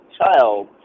child